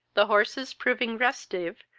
the horses, proving restive,